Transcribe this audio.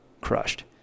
crushed